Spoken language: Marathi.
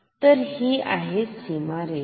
तर ही आहे सीमारेषा